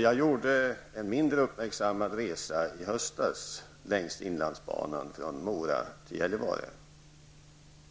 Jag gjorde en mindre uppmärksammad resa i höstas längs inlandsbanan från Mora till Gällivare